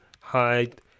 hide